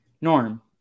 Norm